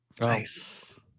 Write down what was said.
Nice